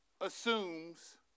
assumes